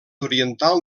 oriental